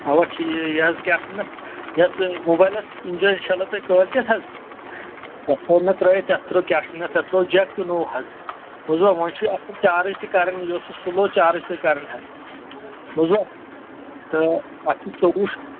اَوا ٹھیٖک یہِ حظ کیٛاہ چھِ ونان اَتھ یَتھ موبایلَس اِنشااللہ چلٲے زیٚو تُہۍ کٲلۍ کیٚتھ مےٚ تھوٚومو ترٛٲوِتھ اَتھ کیٛاہ چھِ وَنان اتھ مےٚ ترٛوو جیک تہِ نوٚو حظ بوٗزوا وۅنۍ چھُ یہِ اصٕل چارٕج تہِ کران یہِ اوس سُلو چارٕج تہِ کران حظ بوٗزوا تہٕ اَتھ چھِ یِم ژوٚوُہ شتھ